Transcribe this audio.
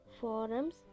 forums